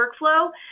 workflow